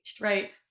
right